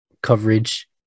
coverage